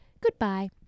goodbye